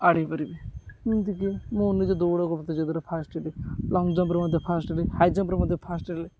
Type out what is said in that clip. ଆଡ଼େଇପାରିବି ଏମିତିକି ମୁଁ ନିଜ ଦୌଡ଼ ପ୍ରତିଯୋଗିତାରେ ଫାଷ୍ଟ ହେଲି ଲଙ୍ଗ୍ ଜମ୍ପ୍ରେ ମଧ୍ୟ ଫାଷ୍ଟ ହେଲି ହାଇ ଜମ୍ପ୍ରେ ମଧ୍ୟ ଫାଷ୍ଟ ହେଲି